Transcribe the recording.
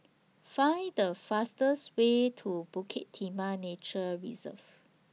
Find The fastest Way to Bukit Timah Nature Reserve